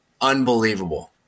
Unbelievable